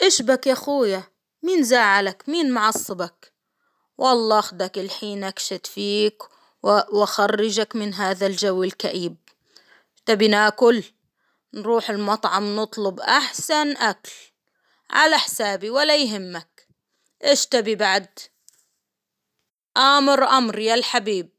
أشبك يا أخويا مين زعلك؟ مين معصبك؟ والله أخدك الحين أكشت فيك وأ-أخرجك من هذا الجو الكئيب، تبي ناكل؟ نروح المطعم نطلب أحسن أكل، على حسابي ولا يهمك، إيش تبي بعد آمرأمر يا الحبيب.